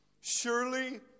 Surely